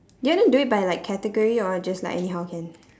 you want to do it by like category or just like anyhow can